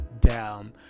down